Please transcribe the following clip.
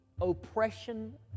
oppression